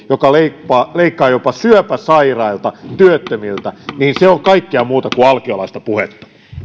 joka leikkaa leikkaa jopa syöpäsairailta työttömiltä on kaikkea muuta kuin alkiolaista puhetta